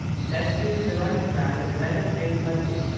festooned the running-track with red and green bunting,